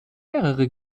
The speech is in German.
mehrere